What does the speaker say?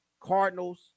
Cardinals